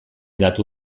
datu